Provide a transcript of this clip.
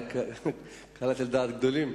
קלעת לדעת גדולים.